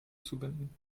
zubinden